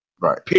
right